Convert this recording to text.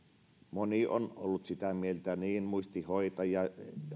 moni on ollut sitä mieltä muistihoitajat ja